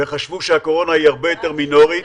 וחשבו שהקורונה הרבה יותר מינורית.